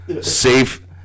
Safe